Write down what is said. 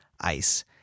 ICE